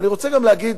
ואני רוצה להגיד